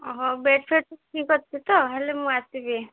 ଓହୋ ବେଡ଼୍ ଫେଡ଼୍ ଠିକ୍ ଅଛି ତ ହେଲେ ମୁଁ ଆସିବି